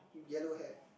yellow hair